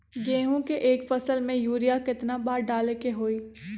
गेंहू के एक फसल में यूरिया केतना बार डाले के होई?